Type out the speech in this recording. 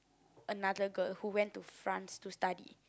another girl who went to France to study